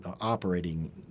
operating